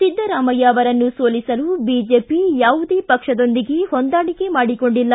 ಿದ್ದರಾಮಯ್ಯ ಅವರನ್ನು ಸೋಲಿಸಲು ಬಿಜೆಪಿ ಯಾವುದೇ ಪಕ್ಷದೊಂದಿಗೆ ಹೊಂದಾಣಿಕೆ ಮಾಡಿಕೊಂಡಿಲ್ಲ